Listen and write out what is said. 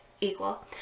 equal